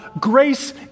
grace